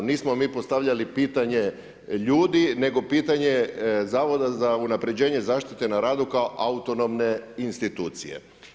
Nismo mi postavljali pitanje ljudi, nego pitanje Zavoda za unapređenje zaštite na radu kao autonomne institucije.